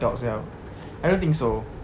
scouts yup I don't think so